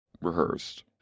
rehearsed